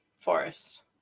Forest